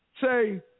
Say